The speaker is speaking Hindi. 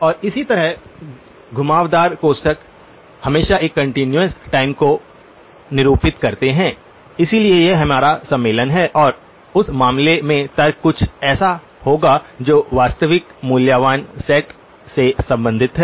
और इसी तरह घुमावदार कोष्ठक हमेशा एक कंटीन्यूअस टाइम को निरूपित करते हैं इसलिए यह हमारा सम्मेलन है और उस मामले में तर्क कुछ ऐसा होगा जो वास्तविक मूल्यवान सेट से संबंधित है